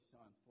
John